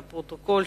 לפרוטוקול.